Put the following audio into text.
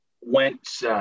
went